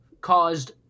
caused